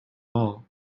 all